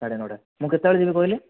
ସାଢେ ନଅଟା ମୁଁ କେତେବେଳେ ଯିବି କହିଲେ